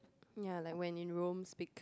ya like when in Rome speak